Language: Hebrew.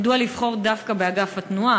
מדוע לבחור דווקא באגף התנועה?